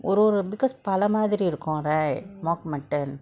ஒரு ஒரு:oru oru because பல மாதிரி இருக்கு:pala mathiri irukku right moke mutton